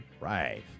right